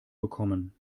bekommen